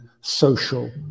social